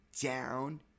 down